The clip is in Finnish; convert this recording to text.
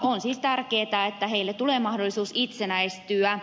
on siis tärkeätä että heille tulee mahdollisuus itsenäistyä